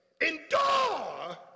endure